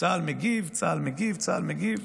צה"ל מגיב, צה"ל מגיב, צה"ל מגיב.